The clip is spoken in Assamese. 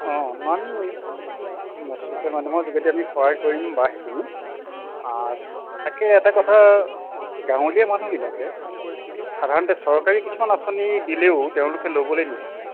অঁ মানুহৰ যোগেদি সহায় কৰিব বাৰু সেইখিনি তাকে এটা কথা এই গাঁৱলীয়া মানুহবিলাকে সাধাৰণতে চৰকাৰী কিছুমান আঁচনি দিলেও তেওঁলোকে ল'বলৈ নিবিচাৰে